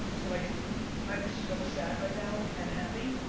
so like i'm so sad right now and happy.